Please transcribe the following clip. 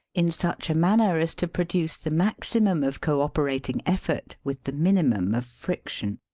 in such a manner as to produce the maximum of co-operat ing efi ort with the minimum of friction.